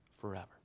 forever